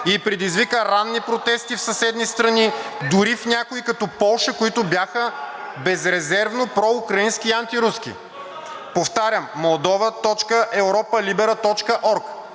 и предизвика ранни протести в съседни страни, дори в някои като Полша, които бяха безрезервно проукраински и антируски.“ Повтарям: moldova.europalibera.org